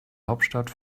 hauptstadt